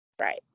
Right